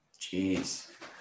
Jeez